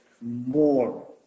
more